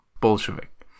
Bolshevik